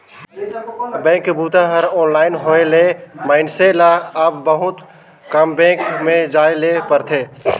bank के बूता हर ऑनलाइन होए ले मइनसे ल अब बहुत कम बेंक में जाए ले परथे